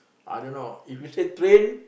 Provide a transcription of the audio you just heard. I don't know if you say train